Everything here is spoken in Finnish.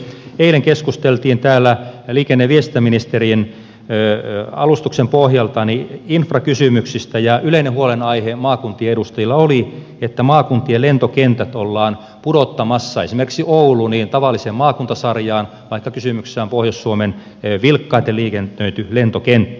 eilen keskusteltiin täällä liikenne ja viestintäministerin alustuksen pohjalta infrakysymyksistä ja yleinen huolenaihe maakuntien edustajilla oli että maakuntien lentokentistä ollaan pudottamassa esimerkiksi oulu tavalliseen maakuntasarjaan vaikka kysymyksessä on pohjois suomen vilkkaiten liikennöity lentokenttä